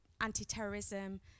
anti-terrorism